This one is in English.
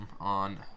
on